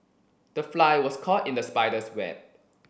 the fly was caught in the spider's web